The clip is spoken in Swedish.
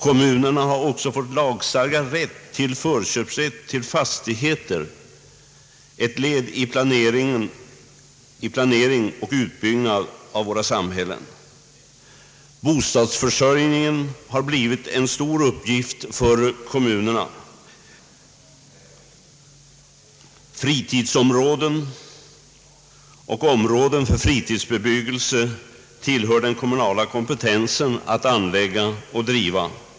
Kommunerna har också fått lagstadgad förköpsrätt till fastigheter — ett led i planeringen och utbyggnaden av våra samhällen. Bostadsförsörjningen har blivit en stor uppgift för kommunerna. Till den kommunala kompetensen hör också att anlägga och driva friluftsområden och svara för områden för fritidsbebyggelse.